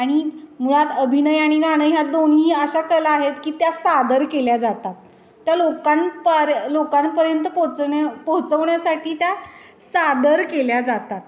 आणि मुळात अभिनय आणि गाणं ह्या दोन्ही अशा कला आहेत की त्या सादर केल्या जातात त्या लोकांपार लोकांपर्यंत पोचवण्या पोचवण्यासाठी त्या सादर केल्या जातात